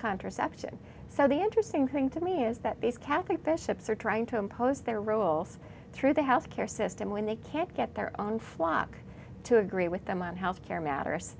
contraception so the interesting thing to me is that these catholic bishops are trying to impose their rules through the health care system when they can't get their own flock to agree with them on health care matters